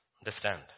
Understand